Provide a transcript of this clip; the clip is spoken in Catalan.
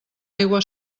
aigua